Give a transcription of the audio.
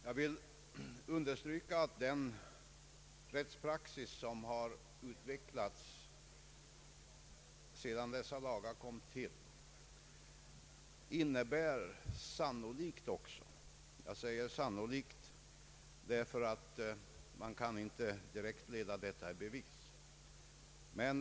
Jag vill understryka att den rättspraxis som har utvecklats sedan dessa lagar kom till sannolikt — jag säger sannolikt därför att man inte kan leda detta direkt i bevis — går längre än vad som ursprungligen var avsikten.